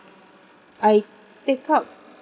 I take up